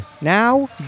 Now